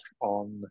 on